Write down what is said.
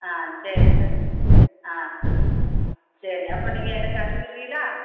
ஆ சரிங்க ஆ சரி அப்போ நீங்கள் எனக்கு அனுப்பிடுறீகளா